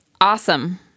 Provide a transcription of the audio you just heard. awesome